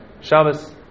Shabbos